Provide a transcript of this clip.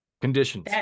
Conditions